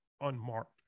unmarked